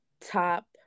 top